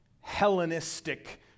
Hellenistic